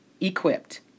equipped